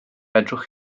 fedrwch